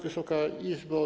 Wysoka Izbo!